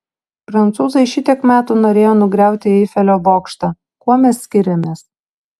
prancūzai šitiek metų norėjo nugriauti eifelio bokštą kuo mes skiriamės